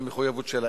הסתייגויות.